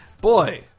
boy